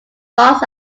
ross